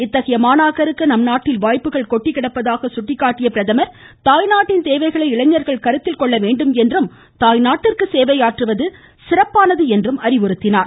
இத்தகைய மாணாக்கருக்கு நம்நாட்டில் வாய்ப்புகள் கொட்டிக்கிடப்பதாக சுட்டிக்காட்டிய அவர் தாய்நாட்டின் தேவைகளை இளைஞர்கள் கருத்தில் கொள்ள வேண்டும் என்றும் தாய்நாட்டிற்கு சேவையாற்றுவது சிறந்தது என்றும் அறிவுறுத்தினார்